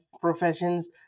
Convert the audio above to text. professions